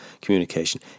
communication